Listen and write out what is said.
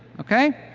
okay?